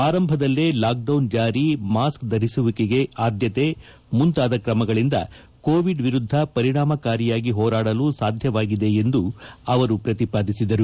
ಆರಂಭದಲ್ಲೇ ಲಾಕ್ಡೌನ್ ಜಾರಿ ಮಾಸ್ಕ್ ಧರಿಸುವಿಕೆಗೆ ಆದ್ಲತೆ ಮುಂತಾದ ಕ್ರಮಗಳಿಂದ ಕೋವಿಡ್ ವಿರುದ್ಲ ಪರಿಣಾಮಕಾರಿಯಾಗಿ ಹೋರಾಡಲು ಸಾಧ್ಯವಾಗಿದೆ ಎಂದು ಅವರು ಪ್ರತಿಪಾದಿಸಿದರು